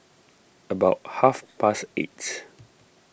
about half past eight